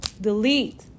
Delete